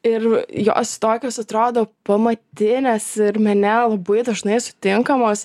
ir jos tokios atrodo pamatinės ir mene labai dažnai sutinkamos